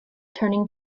turning